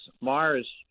Mars